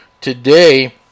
today